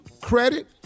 credit